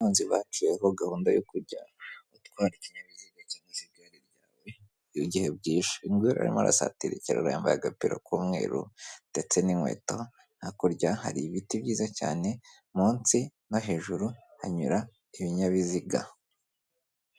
Abanzi baciye aho gahunda yo kujyamo arasara yambaye agapira k'umweru ndetse n'inkweto hakurya hari ibiti byiza cyane munsi no hejuru hanyura ibinyabiziga.